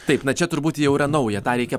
taip na čia turbūt jau yra nauja tą reikia